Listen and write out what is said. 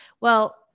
well-